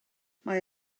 mae